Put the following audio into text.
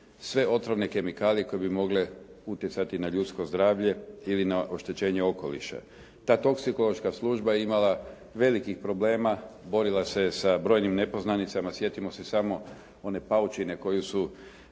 sve otrovne kemikalije koje bi mogle utjecati na ljudsko zdravlje ili na oštećenje okoliša. Ta toksikološka služba je imala velikih problema, borila se sa brojnim nepoznanicama. Sjetimo se samo one paučine koju su